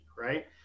Right